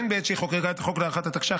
הן בעת שהיא חוקקה את החוק להארכת התקש"ח,